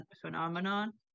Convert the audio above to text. phenomenon